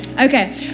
Okay